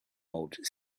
mode